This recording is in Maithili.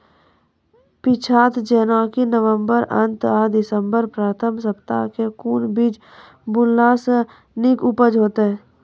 पीछात जेनाकि नवम्बर अंत आ दिसम्बर प्रथम सप्ताह मे कून बीज बुनलास नीक उपज हेते?